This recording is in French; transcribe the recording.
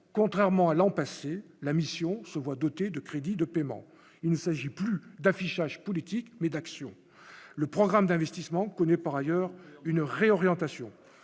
contrairement à l'an passé, la mission se voit doté de crédits de paiement, il ne s'agit plus d'affichage politique mais d'actions, le programme d'investissement connaît par ailleurs une réorientation,